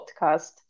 podcast